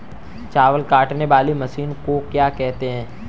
चावल काटने वाली मशीन को क्या कहते हैं?